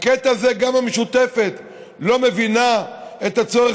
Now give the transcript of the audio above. בקטע הזה גם המשותפת לא מבינה את הצורך